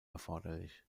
erforderlich